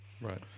Right